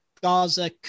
Gaza